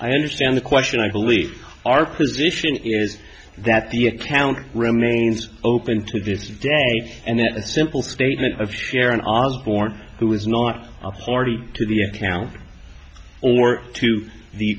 i understand the question i believe our position is that the account remains open to this date and that the simple statement of sharon osborne who is not a party to the accounting or to the